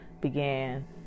began